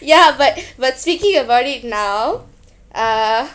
ya but but speaking about it now uh